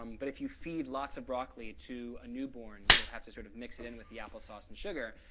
um but if you feed lots of broccoli to a newborn, you'll have to sort of mix it in with the applesauce and sugar.